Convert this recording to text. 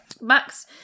max